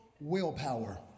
Willpower